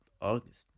August